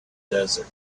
desert